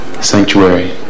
Sanctuary